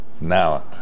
now